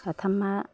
साथामा